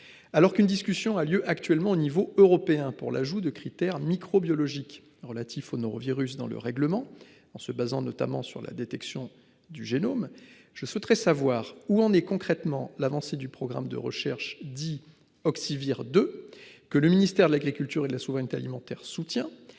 Alors qu'une discussion a lieu actuellement au niveau européen pour l'ajout de critères microbiologiques relatifs au norovirus dans le règlement en se basant notamment sur la détection du génome, je souhaiterais savoir où en est concrètement l'avancée du programme de recherche dis Auxiliaire de que le ministère de l'Agriculture et de la souveraineté alimentaire soutient